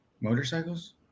Motorcycles